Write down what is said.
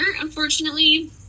unfortunately